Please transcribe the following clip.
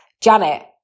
Janet